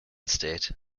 state